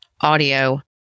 audio